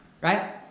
Right